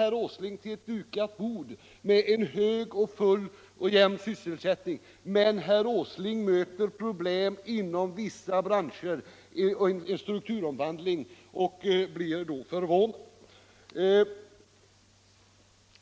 Herr Åsling går här till dukat bord med en hög och jämn sysselsättning. Men när herr Åsling möter problem inom vissa branscher på grund av strukturomvandling och annat blir han förvånad.